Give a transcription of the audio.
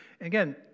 again